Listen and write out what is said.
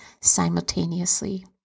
simultaneously